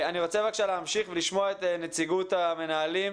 אני רוצה להמשיך ולשמוע את נציגות המנהלים,